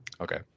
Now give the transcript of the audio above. Okay